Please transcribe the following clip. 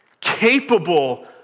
capable